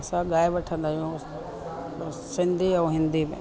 असां ॻाए वठंदा आहियूं ऐं सिंधी ऐं हिंदी में